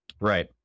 Right